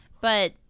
but-